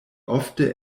ofte